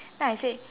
then I say